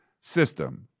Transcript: system